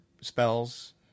spells